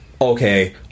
okay